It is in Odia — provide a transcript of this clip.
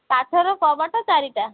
କାଠର କବାଟ ଚାରିଟା